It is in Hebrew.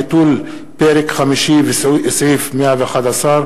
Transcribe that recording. ביטול פרק חמישי וסעיף 111,